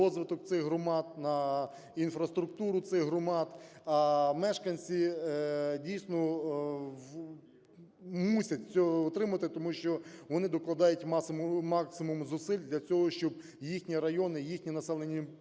на інфраструктуру цих громад. А мешканці дійсно мусять це отримати, тому що вони докладають максимум зусиль для того, щоб їхні райони, їхні населені